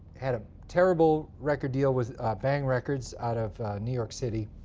had a terrible record deal with bang records out of new york city.